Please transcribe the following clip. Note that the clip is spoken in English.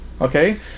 Okay